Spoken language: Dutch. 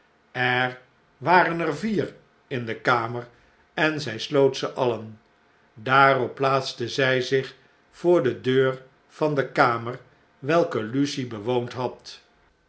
er waren er vier in de kamer en zjj sloot ze alien daarop plaatste zjj zich voor de deur van de kamer welke lucie bewoond had